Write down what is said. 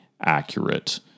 accurate